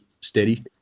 steady